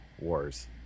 wars